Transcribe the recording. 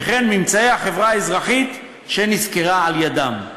וכן ממצאי החברה האזרחית שנשכרה על-ידם.